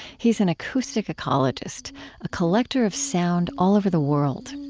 he's an acoustic ecologist a collector of sound all over the world